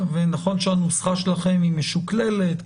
נכון שהנוסחה שלכם היא משוקללת,